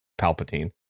Palpatine